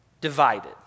divided